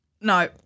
No